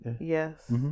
Yes